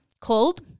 called